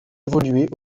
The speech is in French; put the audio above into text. évolué